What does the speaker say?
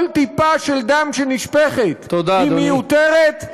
כל טיפה של דם שנשפכת היא מיותרת,